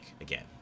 again